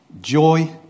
joy